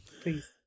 Please